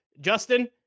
Justin